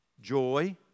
joy